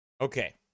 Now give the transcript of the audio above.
Okay